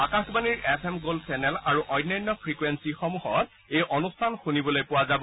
আকাশবাণীৰ F M gold channel আৰু অন্যান্য ফ্ৰিকুৱেঞ্চিসমূহত এই অনুষ্ঠান শুনিবলৈ পোৱা যাব